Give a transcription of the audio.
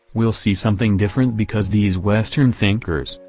we'll see something different because these western thinkers,